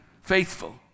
faithful